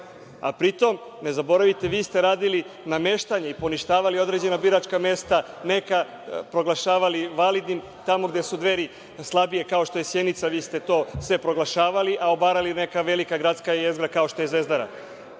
Pri tome, ne zaboravite, vi ste radili nameštanje i poništavali određena biračka mesta, neka proglašavali validnim, tamo gde u Dveri slabije, kao što je Sjenica, vi ste to sve proglašavali, a obarali neka velika gradska jezgra kao što je Zvezdara. Tako